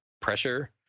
pressure